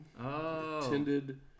attended